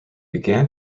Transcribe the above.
began